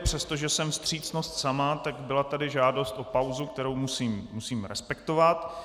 Přestože jsem vstřícnost sama, byla tady žádost o pauzu, kterou musím respektovat.